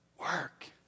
Work